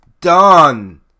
done